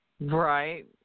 right